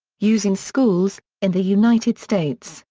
use in schools in the united states,